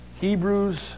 Hebrews